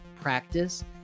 practice